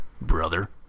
brother